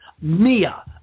Mia